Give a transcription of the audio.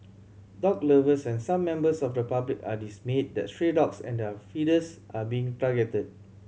dog lovers and some members of the public are dismayed that stray dogs and their feeders are being targeted